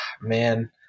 man